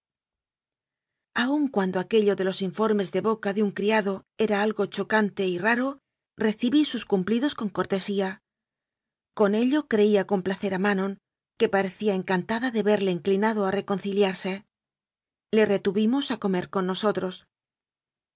aun cuando aquello de los informes de boca de un criado era algo chocante y raro recibí sus cumplidos con cortesía con ello creía complacer a manon que parecía encantada de verle inclinado a reconciliarse le retuvimos a comer con nosotros